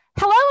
Hello